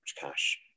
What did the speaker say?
cash